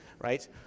right